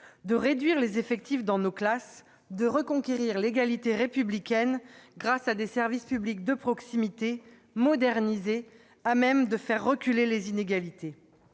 de réduire les effectifs dans les classes, de reconquérir l'égalité républicaine grâce à des services publics de proximité, modernisés, à même de faire reculer les inégalités.